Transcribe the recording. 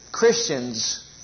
Christians